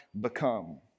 become